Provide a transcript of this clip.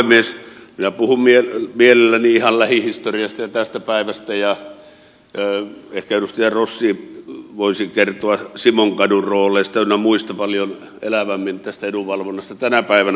minä puhun mielelläni ihan lähihistoriasta ja tästä päivästä ja ehkä edustaja rossi voisi kertoa simonkadun rooleista ynnä muista paljon elävämmin tästä edunvalvonnasta tänä päivänä